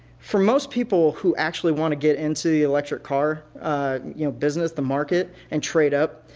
for most people who actually want to get into the electric car you know business the market, and trade up,